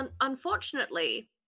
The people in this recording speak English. unfortunately